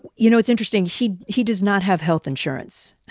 you know, it's interesting. he he does not have health insurance.